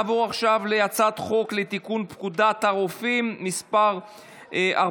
הצעת חוק קליטת חיילים משוחררים (תיקון מס' 24)